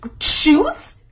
Shoes